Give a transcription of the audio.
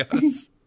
Yes